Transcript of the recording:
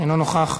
אינו נוכח.